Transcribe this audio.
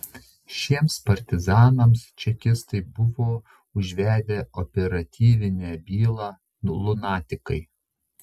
šiems partizanams čekistai buvo užvedę operatyvinę bylą lunatikai